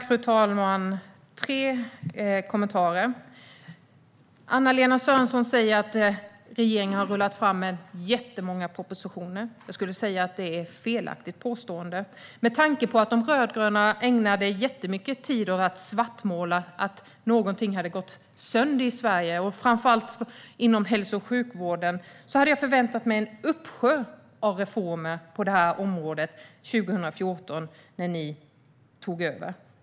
Fru talman! Jag har tre kommentarer. Anna-Lena Sörenson säger att regeringen har rullat fram många propositioner. Det är ett felaktigt påstående. Med tanke på att de rödgröna ägnade mycket tid åt att svartmåla att något hade gått sönder i Sverige, framför allt inom hälso och sjukvården, hade jag förväntat mig en uppsjö av reformer på området 2014 när ni tog över.